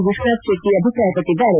ವಿಶ್ವನಾಥ ಶೆಟ್ಟಿ ಅಭಿಪ್ರಾಯಪಟ್ಟಿದ್ದಾರೆ